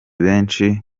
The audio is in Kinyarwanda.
benshi